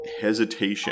hesitation